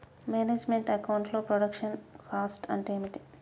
Manage meant account లో production cost అంటే ఏమిటి?